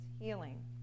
healing